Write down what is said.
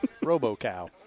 robo-cow